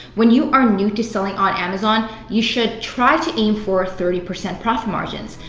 when you are new to selling on amazon, you should try to aim for thirty percent profit margins.